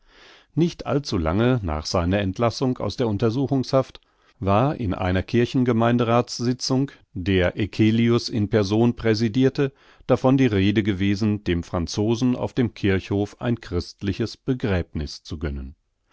nicht allzu lange nach seiner entlassung aus der untersuchungshaft war in einer kirchen gemeinderathssitzung der eccelius in person präsidirte davon die rede gewesen dem franzosen auf dem kirchhof ein christliches begräbniß zu gönnen